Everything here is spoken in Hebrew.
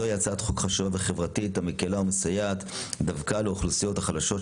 זוהי הצעת חוק חשובה וחברתית המקלה ומסייעת דווקא לאוכלוסיות החלשות,